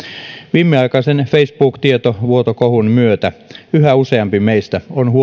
viimeaikaisen facebook tietovuotokohun myötä yhä useampi meistä on huolissaan